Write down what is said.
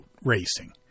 racing